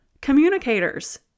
communicators